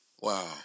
Wow